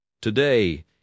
Today